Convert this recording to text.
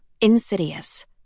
insidious